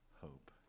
hope